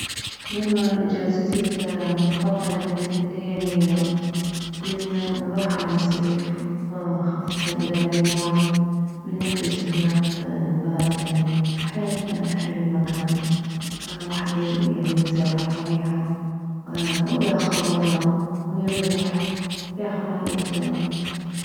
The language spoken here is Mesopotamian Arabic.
والله اجازتي المفضلة بالنسبة الي هي من نروح على مصيف خاصة اذابيه ماي من نحجز هناك نبات يعني حيل حلو المكان واحد يعني ينزل عالطبيعة وياخذ غداه ويروح ياخذ عائلته